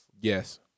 Yes